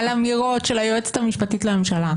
על אמירות של היועצת המשפטית לממשלה,